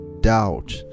doubt